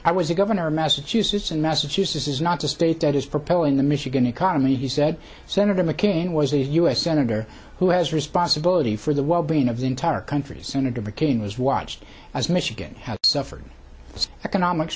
i was a governor in massachusetts and massachusetts is not to state that is propelling the michigan economy he said senator mccain was a u s senator who has responsibility for the well being of the entire country senator mccain was watched as michigan had suffered its economics